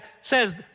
says